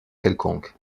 quelconque